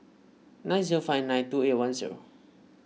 nine zero five nine two eight one zero